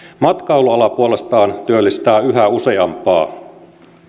matkailuala puolestaan työllistää yhä useampaa